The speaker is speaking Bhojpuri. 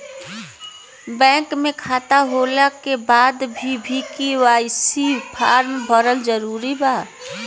बैंक में खाता होला के बाद भी के.वाइ.सी फार्म भरल जरूरी बा का?